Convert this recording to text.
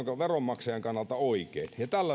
veronmaksajan kannalta oikein